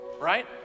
right